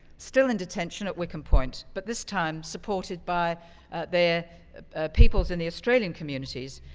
still in detention at wickham point. but this time, supported by their peoples in the australian communities,